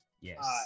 Yes